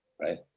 right